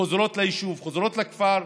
חוזרות ליישוב, חוזרות לכפר,